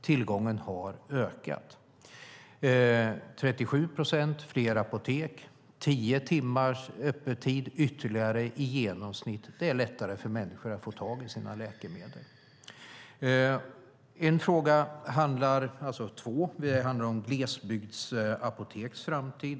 Tillgången har ökat: 37 procent fler apotek, tio timmars öppettid ytterligare i genomsnitt. Det är lättare för människor att få tag i sina läkemedel. En annan fråga handlar om glesbygdsapoteks framtid.